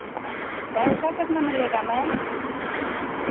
पैसा कितना मिलेगा मैम